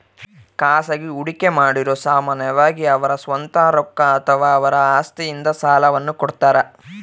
ಖಾಸಗಿ ಹೂಡಿಕೆಮಾಡಿರು ಸಾಮಾನ್ಯವಾಗಿ ಅವರ ಸ್ವಂತ ರೊಕ್ಕ ಅಥವಾ ಅವರ ಆಸ್ತಿಯಿಂದ ಸಾಲವನ್ನು ಕೊಡುತ್ತಾರ